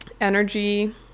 Energy